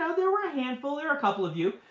ah there were a handful. there were a couple of you.